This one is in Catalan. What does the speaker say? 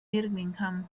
birmingham